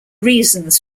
reasons